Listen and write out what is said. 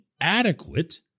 adequate